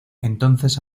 entonces